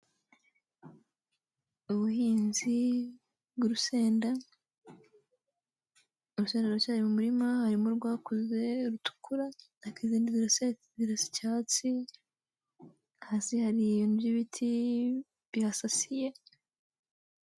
Ubuhinzi bw' urusenda, urusenda ruracyari mu murima harimo urwakuze rutukura, hakaba n'urundi rusa icyatsi hasi hari ibintu by'ibiti bihasasiye.